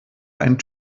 einen